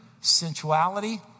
sensuality